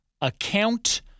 account